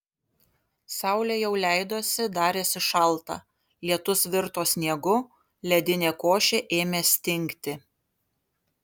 saulė jau leidosi darėsi šalta lietus virto sniegu ledinė košė ėmė stingti